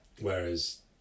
whereas